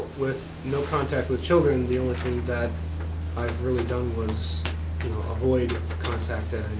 with no contact with children, the only thing that i've really done was avoid contact at